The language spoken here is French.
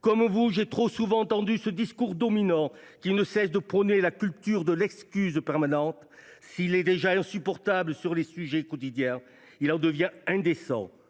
Comme vous, j’ai trop souvent entendu ce discours dominant, qui ne cesse de prôner la culture de l’excuse permanente. S’il est déjà difficile de le supporter sur les sujets quotidiens, cela devient indécent